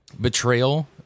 Betrayal